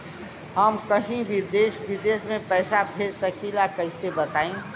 हम कहीं भी देश विदेश में पैसा भेज सकीला कईसे बताई?